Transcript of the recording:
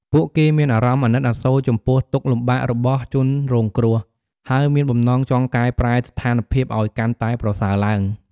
ពួកគេមានអារម្មណ៍អាណិតអាសូរចំពោះទុក្ខលំបាករបស់ជនរងគ្រោះ ហើយមានបំណងចង់កែប្រែស្ថានភាពឱ្យកាន់តែប្រសើរឡើង។